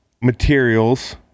materials